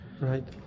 right